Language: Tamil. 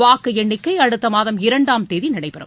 வாக்கு எண்ணிக்கை அடுத்த மாதம் இரண்டாம் தேதி நடைபெறும்